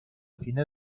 fine